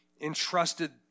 entrusted